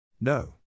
No